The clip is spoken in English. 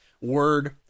word